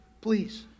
please